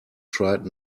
tried